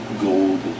gold